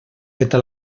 feta